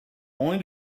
only